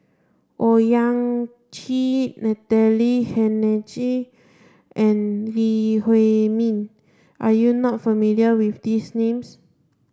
Owyang Chi Natalie Hennedige and Lee Huei Min are you not familiar with these names